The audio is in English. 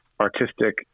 artistic